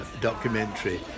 documentary